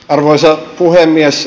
arvoisa puhemies